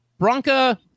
Bronca